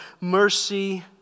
mercy